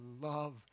love